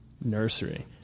nursery